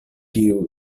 kiu